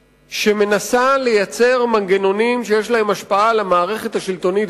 שמנסה לייצר מנגנונים שיש להם השפעה על המערכת השלטונית